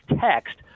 text